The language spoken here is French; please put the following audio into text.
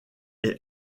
est